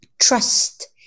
trust